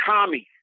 Tommy